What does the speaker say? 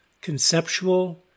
conceptual